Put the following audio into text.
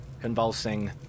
convulsing